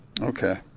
Okay